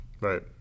Right